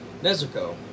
Nezuko